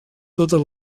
totes